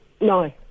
No